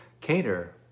cater